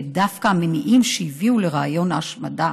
אלא דווקא במניעים שהביאו לרעיון ההשמדה